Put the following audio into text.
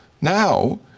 now